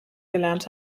gelernt